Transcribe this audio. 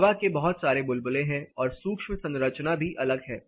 हवा के बहुत सारे बुलबुले हैं और सूक्ष्म संरचना भी अलग है